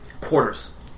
quarters